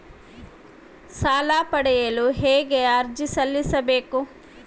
ಸಾಲ ಪಡೆಯಲು ಹೇಗೆ ಅರ್ಜಿ ಸಲ್ಲಿಸಬೇಕು?